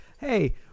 hey